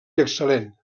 excel·lent